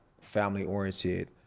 family-oriented